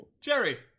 Jerry